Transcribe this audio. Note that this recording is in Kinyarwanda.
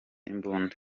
imbunda